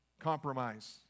Compromise